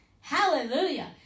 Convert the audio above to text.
Hallelujah